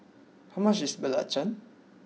how much is Belacan